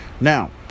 Now